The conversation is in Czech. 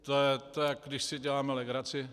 To je, jako když si děláme legraci.